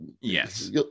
yes